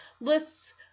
lists